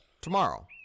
tomorrow